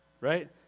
right